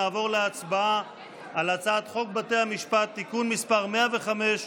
נעבור להצבעה על הצעת חוק בתי המשפט (תיקון מס' 105)